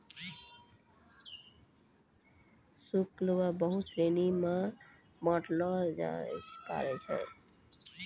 शुल्क क बहुत श्रेणी म बांटलो जाबअ पारै छै